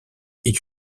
est